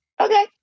Okay